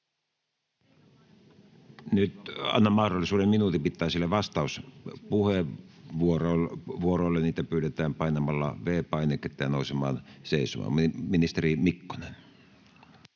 Nyt annan mahdollisuuden minuutin mittaisille vastauspuheenvuoroille. Niitä pyydetään painamalla V-painiketta ja nousemalla seisomaan. — Ministeri Mikkonen.